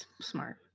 smart